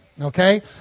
Okay